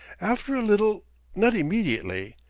after a little not immediately.